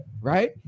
right